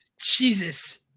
Jesus